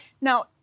Now